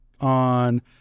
on